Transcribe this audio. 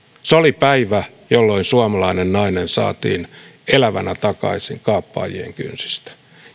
se oli päivä jolloin suomalainen nainen saatiin elävänä takaisin kaappaajien kynsistä